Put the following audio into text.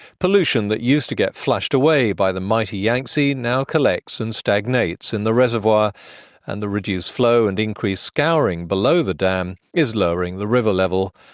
pollution that used to get flushed away by the mighty yangtze now collects and stagnates in and the reservoir and the reduced flow and increased scouring below the dam is lowering the river level.